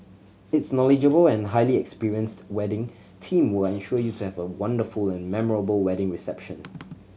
its knowledgeable and highly experienced wedding team will ensure you to have a wonderful and memorable wedding reception